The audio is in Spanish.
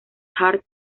hart